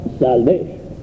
salvation